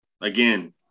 Again